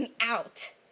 out